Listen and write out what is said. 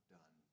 done